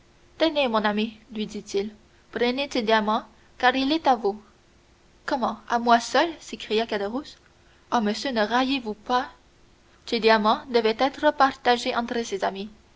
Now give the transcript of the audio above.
tenez mon ami lui dit-il prenez ce diamant car il est à vous comment à moi seul s'écria caderousse ah monsieur ne raillez vous pas ce diamant devait être partagé entre ses amis